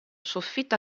soffitto